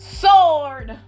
sword